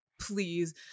Please